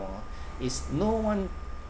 is no one